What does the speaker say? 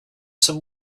some